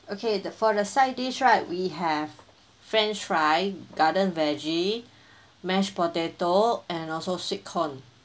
okay the for the side dish right we have french fry garden veggie mash potato and also sweet corn